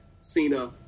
Cena